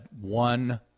one